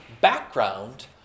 background